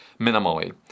minimally